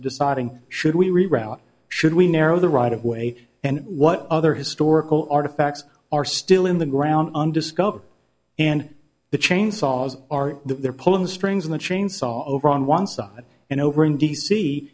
deciding should we reroute should we narrow the right of way and what other historical artifacts are still in the ground undiscovered and the chainsaws are that they're pulling the strings in the chainsaw over on one side and over in d